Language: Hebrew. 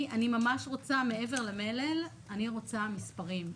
מעבר למלל, אני רוצה מספרים.